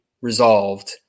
resolved